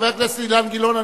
חבר הכנסת אילן גילאון,